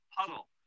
puddle